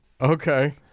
okay